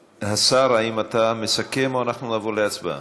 השר, האם אתה מסכם, או שאנחנו נעבור להצבעה?